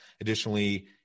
Additionally